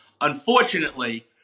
Unfortunately